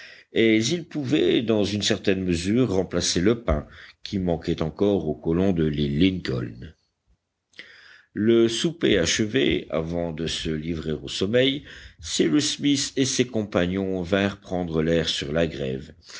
et ils pouvaient dans une certaine mesure remplacer le pain qui manquait encore aux colons de l'île lincoln le souper achevé avant de se livrer au sommeil cyrus smith et ses compagnons vinrent prendre l'air sur la grève